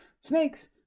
Snakes